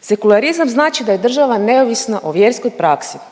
Sekularizam znači da je država neovisna o vjerskoj praksi,